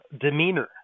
demeanor